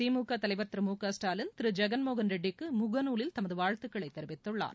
திமுக தலைவர் திரு மு க ஸ்டாலின் திரு ஜெகன்மோகன் ரெட்டிக்கு முகநூலில் தமது வாழ்த்துக்களை தெரிவித்துள்ளார்